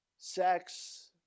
Sex